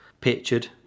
pictured